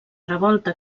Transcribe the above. revolta